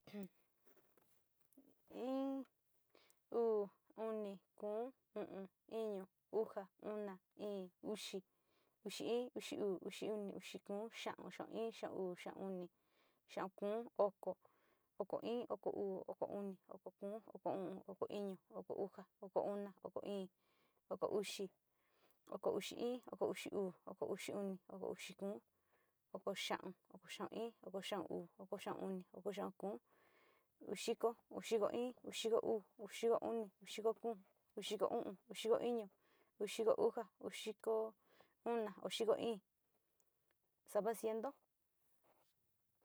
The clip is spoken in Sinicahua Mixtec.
Iin, uu, kóo, o'on, iño, uxa, ona, íín, uxi, uxi iin, uxi uu, uxi oni, uxi kóo, xaón, xaón ii, xaón uu, xaón oni, xaón kóo, oko, oko iin, oko uu, oko oni, oko kóo, oko o'ón, oko iño, oko uxa, oko ona, oko íín, oko uxi, oko uxi iin, oko uxi uu, oko uxi oni, oko uxi kóo, oko xaón, oko xaón iin, oko xaón uu, oko xaón oni, oko xaón kóo, udiko, udiko iin, udiko uu, udiko oni, udiko kóo, udiko o'ón, udiko iño, udiko uxa, udiko ona, udiko íín xava ciento.